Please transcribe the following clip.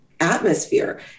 atmosphere